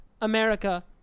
America